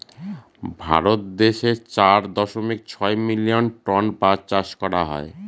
ভারত দেশে চার দশমিক ছয় মিলিয়ন টন বাঁশ চাষ করা হয়